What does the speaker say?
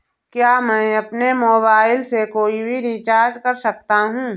क्या मैं अपने मोबाइल से कोई भी रिचार्ज कर सकता हूँ?